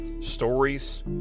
stories